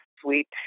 sweet